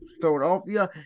Philadelphia